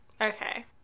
okay